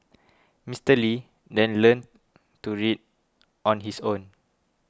Mister Lee then learnt to read on his own